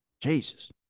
Jesus